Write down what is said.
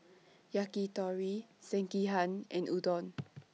Yakitori Sekihan and Udon